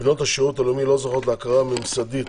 בנות השירות הלאומי לא זוכות להכרה ממסדית